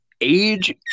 Age